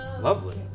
lovely